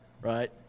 right